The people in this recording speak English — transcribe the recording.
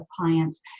clients